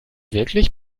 wirklich